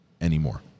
anymore